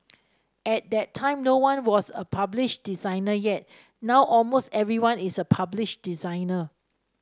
at that time no one was a published designer yet now almost everyone is a published designer